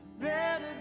better